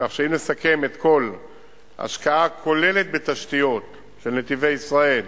כך שאם נסכם את ההשקעה הכוללת בתשתיות של "נתיבי ישראל",